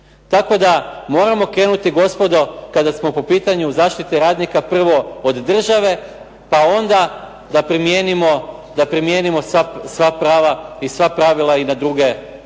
Tako da moramo krenuti gospodo kada smo po pitanju zaštite radnika prvo od države, pa onda da primijenimo sva prava i sva pravila na druge